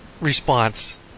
response